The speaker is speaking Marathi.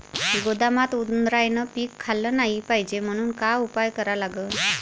गोदामात उंदरायनं पीक खाल्लं नाही पायजे म्हनून का उपाय करा लागन?